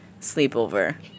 sleepover